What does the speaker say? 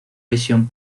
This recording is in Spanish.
visión